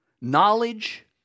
Knowledge